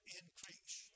increase